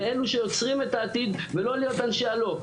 לאלו שיוצרים את העתיד ולא להיות אנשי הלא,